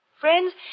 Friends